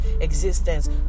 existence